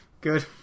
Good